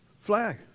flag